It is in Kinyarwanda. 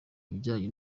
ibijyanye